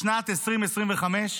בשנת 2025?